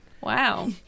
Wow